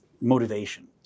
motivation